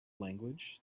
language